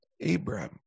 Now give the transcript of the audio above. Abraham